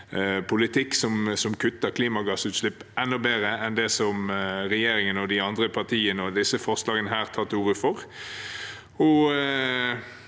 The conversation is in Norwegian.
politikk som kutter klimagassutslipp enda bedre enn det regjeringen, de andre partiene og disse forslagene tar til orde for.